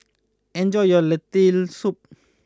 enjoy your Lentil Soup